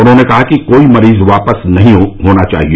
उन्होंने कहा कि कोई मरीज वापस नहीं होना चाहिए